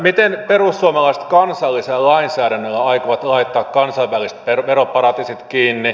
miten perussuomalaiset kansallisella lainsäädännöllä aikovat laittaa kansainväliset veroparatiisit kiinni